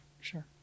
Sure